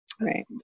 right